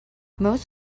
most